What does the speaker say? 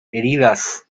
heridas